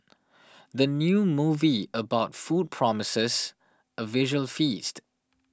the new movie about food promises a visual feast